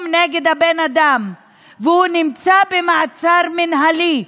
נגד הבן אדם והוא נמצא במעצר מינהלי.